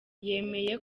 yemeye